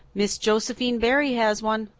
miss josephine barry has one.